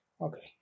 Okay